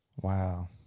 Wow